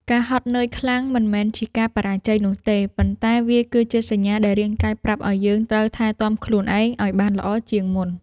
ការហត់នឿយខ្លាំង មិនមែនជាការបរាជ័យនោះទេ ប៉ុន្តែវាគឺជាសញ្ញាដែលរាងកាយប្រាប់ឱ្យយើងត្រូវថែទាំខ្លួនឯងឱ្យបានល្អជាងមុន។